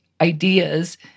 ideas